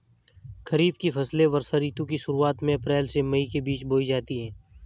खरीफ की फसलें वर्षा ऋतु की शुरुआत में अप्रैल से मई के बीच बोई जाती हैं